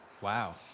Wow